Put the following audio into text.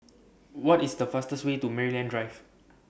What IS The fastest Way to Maryland Drive